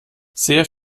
sehr